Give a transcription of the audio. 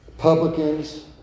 Republicans